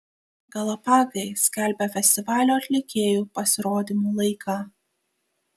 galapagai skelbia festivalio atlikėjų pasirodymų laiką